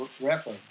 record